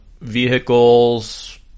vehicles